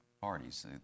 parties